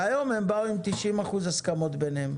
והיום הם באו עם 90% הסכמות ביניהם.